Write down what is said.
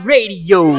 Radio